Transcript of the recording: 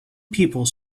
people